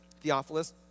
Theophilus